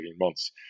months